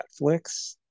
Netflix